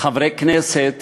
חברי כנסת